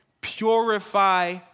Purify